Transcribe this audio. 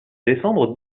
décembre